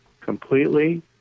completely